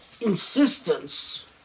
insistence